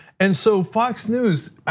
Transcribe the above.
and so fox news,